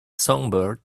songbird